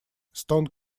stone